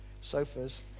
sofas